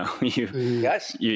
Yes